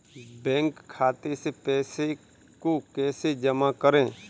Bank खाते से पैसे को कैसे जमा करें?